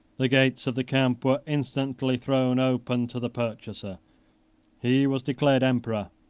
the gates of the camp were instantly thrown open to the purchaser he was declared emperor,